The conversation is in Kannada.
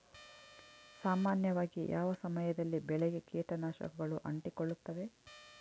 ಸಾಮಾನ್ಯವಾಗಿ ಯಾವ ಸಮಯದಲ್ಲಿ ಬೆಳೆಗೆ ಕೇಟನಾಶಕಗಳು ಅಂಟಿಕೊಳ್ಳುತ್ತವೆ?